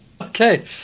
Okay